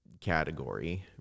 category